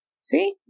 See